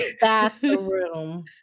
bathroom